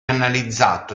analizzato